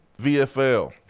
VFL